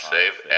Save